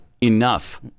enough